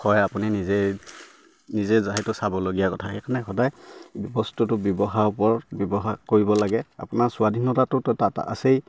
হয় আপুনি নিজে নিজে সেইতো চাবলগীয়া কথা সেইকাৰণে সদায় বস্তুটো ব্যৱহাৰৰ ওপৰত ব্যৱহাৰ কৰিব লাগে আপোনাৰ স্বাধীনতাটোতো তাত আছেই